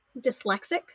dyslexic